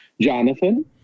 Jonathan